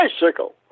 bicycle